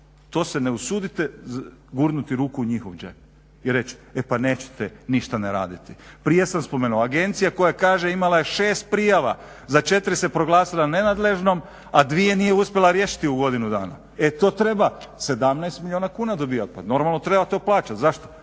to se ne usudite gurnuti ruku u njihov džep i reći e pa nećete ništa ne raditi. Prije sam spomenuo, agencija koja kaže imala je 6 prijava, za 4 se proglasila nenadležnom, a 2 nije uspjela riješiti u godinu dana. E to treba 17 milijuna kuna dobiva, pa normalno treba to plaćat, zašto,